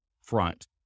front